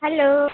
hello